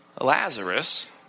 Lazarus